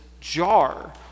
jar